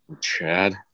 Chad